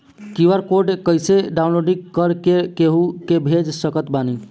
QR code कइसे download कर के केहु के भेज सकत बानी?